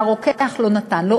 אך הרוקח לא נתן לו,